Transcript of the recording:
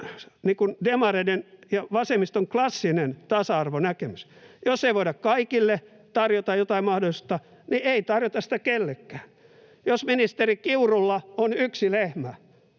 demareiden ja vasemmiston klassinen tasa-arvonäkemys. Jos ei voida kaikille tarjota jotain mahdollisuutta, niin ei tarjota sitä kellekään. Jos ministeri Kiurulla on yksi lehmä